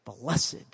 blessed